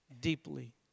deeply